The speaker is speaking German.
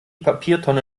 papiertonne